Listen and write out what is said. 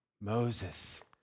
Moses